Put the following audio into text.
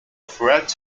fred